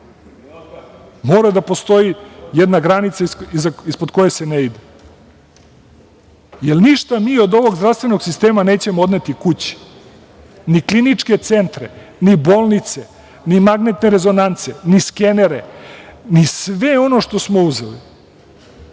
Mora da postoji jedna granica ispod koje se ne ide, jer ništa mi od ovog zdravstvenog sistema nećemo odneti kući, ni kliničke centre, ni bolnice, ni magnetne rezonance, ni skenere, ni sve ono što smo uzeli.